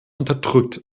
unterdrückt